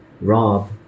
Rob